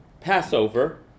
Passover